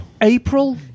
April